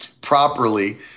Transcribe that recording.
properly